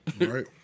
Right